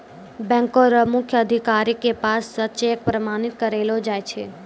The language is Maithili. बैंको र मुख्य अधिकारी के पास स चेक प्रमाणित करैलो जाय छै